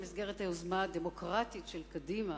במסגרת היוזמה הדמוקרטית של קדימה